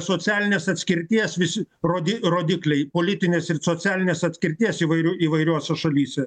socialinės atskirties visi rodi rodikliai politinės ir socialinės atskirties įvairių įvairiose šalyse